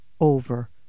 over